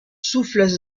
souffles